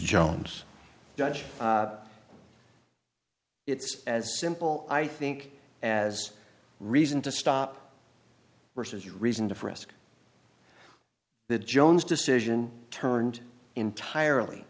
jones judge it's as simple i think as reason to stop versus reason to for us the jones decision turned entirely